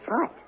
right